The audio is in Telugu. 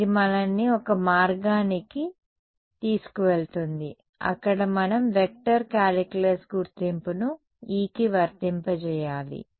ఇది మనల్ని ఒక మార్గానికి తీసుకెళ్తుంది అక్కడ మనం వెక్టర్ కాలిక్యులస్ గుర్తింపును E కి వర్తింపజేయాలి